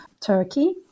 Turkey